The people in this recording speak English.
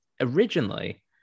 originally